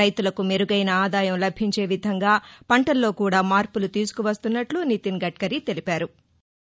రైతులకు మెరుగైన ఆదాయం లభించే విధంగా పంటల్లో కూడా మార్పులు తీసుకు వస్తున్నట్లు నితిన్ గడ్కరి తెలిపారు